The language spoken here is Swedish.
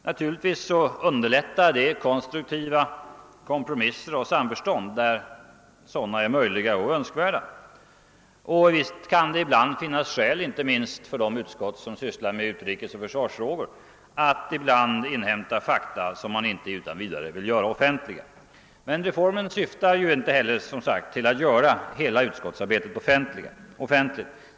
Naturligtvis underlättar detta konstruktiva kompromisser och samförståndslösningar, där sådana är möjliga och önskvärda, och visst kan det ibland finnas skäl — inte minst för de utskott som sysslar med utrikesoch försvarsfrågor — att inhämta fakta som man inte utan vidare vill göra offentliga. Men reformen syftar, som sagt, inte heller till att göra hela utskottsarbetet offentligt.